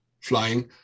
flying